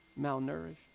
malnourished